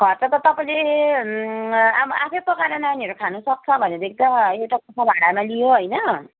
खर्च त तपाईँले अब आफै पकाएर नानीहरू खानु सक्छ भने देखि त एउटा कोठा भाडामा लियो होइन